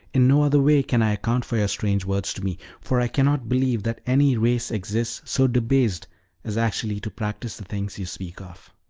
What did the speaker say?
in no other way can i account for your strange words to me for i cannot believe that any race exists so debased as actually to practice the things you speak of.